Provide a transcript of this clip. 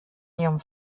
ihrem